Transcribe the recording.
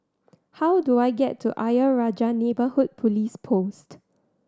how do I get to Ayer Rajah Neighbourhood Police Post